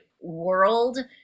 world